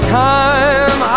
time